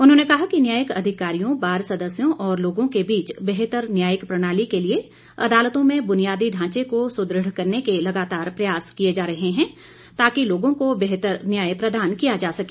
उन्होंने कहा कि न्यायिक अधिकारियों बार सदस्यों और लोगों के बीच बेहतर न्यायिक प्रणाली के लिए अदालतों में बुनियादी ढांचे को सुदृढ़ करने के लगातार प्रयास किए जा रहे है ताकि लोगों को बेहतर न्याय प्रदान किया जा सके